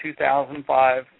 2005